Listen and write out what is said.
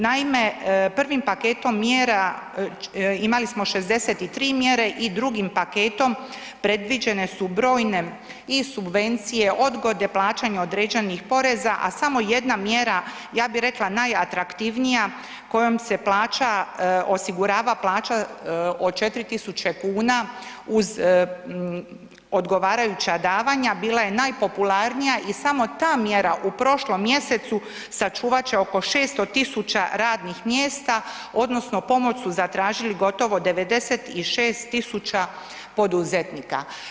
Naime, prvim paketom mjera, imali smo 63 mjere i drugim paketom predviđene su brojne i subvencije, odgode plaćanja određeni poreza, a samo jedna mjera, ja bih rekla najatraktivnija, kojom se plaća, osigurava plaća od 4 tisuće kuna uz odgovarajuća davanja, bila je najpopularnija i samo ta mjera u prošlom mjesecu sačuvat će oko 600 tisuća radnih mjesta, odnosno pomoć su zatražili gotovo 96 tisuća poduzetnika.